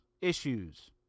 issues